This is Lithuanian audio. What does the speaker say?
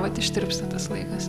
vat ištirpsta tas laikas